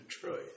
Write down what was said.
Detroit